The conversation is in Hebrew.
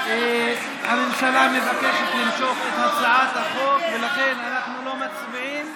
הממשלה מבקשת למשוך את הצעת החוק ולכן אנחנו לא מצביעים.